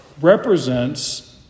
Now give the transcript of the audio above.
represents